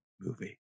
movie